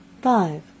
Five